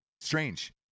Strange